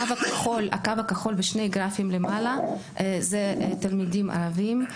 הקו הכחול בשני הגרפים למעלה זה תלמידים ערביים,